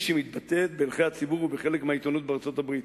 שהיא מתבטאת בהלכי הציבור ובחלק מהעיתונות בארצות-הברית.